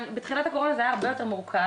בתחילת הקורונה זה היה הרבה יותר מורכב,